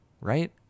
right